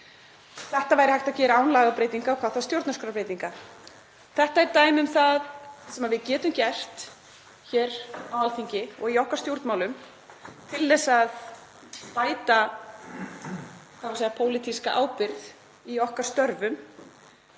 Þetta væri hægt að gera án lagabreytinga og hvað þá stjórnarskrárbreytinga. Þetta er dæmi um það sem við getum gert hér á Alþingi og í okkar stjórnmálum til að bæta pólitíska ábyrgð í okkar störfum